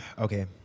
Okay